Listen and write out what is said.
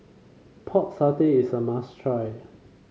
Pork Satay is a must try